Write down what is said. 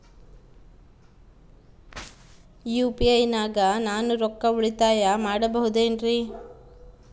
UPI ನಾಗ ನಾನು ರೊಕ್ಕ ಉಳಿತಾಯ ಮಾಡಬಹುದೇನ್ರಿ?